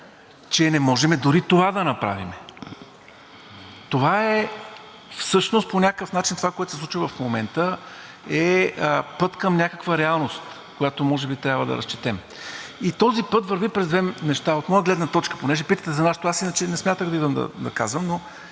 че не можем дори това да направим. Това е всъщност по някакъв начин – това, което се случва в момента, е път към някаква реалност, която може би трябва да разчетем. И този път върви през две неща. От моя гледна точка, понеже питате за нашето... аз иначе не смятах да идвам и да казвам, но